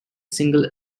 single